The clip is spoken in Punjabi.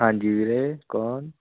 ਹਾਂਜੀ ਵੀਰੇ ਕੌਣ